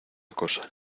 cosa